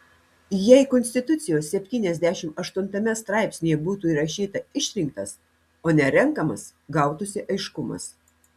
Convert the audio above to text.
jei konstitucijos septyniasdešimt aštuntame straipsnyje būtų įrašyta išrinktas o ne renkamas gautųsi aiškumas